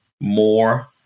more